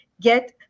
get